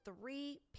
three